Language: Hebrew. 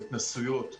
בהתנסויות,